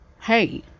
hey